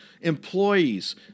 Employees